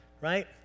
right